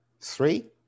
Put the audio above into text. Three